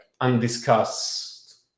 undiscussed